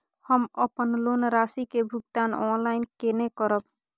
हम अपन लोन राशि के भुगतान ऑनलाइन केने करब?